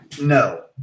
No